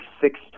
six